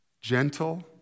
Gentle